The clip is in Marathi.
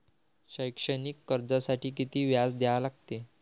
शैक्षणिक कर्जासाठी किती व्याज द्या लागते?